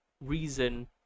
reason